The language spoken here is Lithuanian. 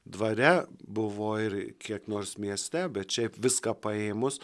dvare buvo ir kiek nors mieste bet šiaip viską paėmus